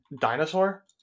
dinosaur